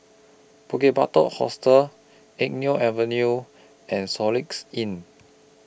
Bukit Batok Hostel Eng Neo Avenue and Soluxe Inn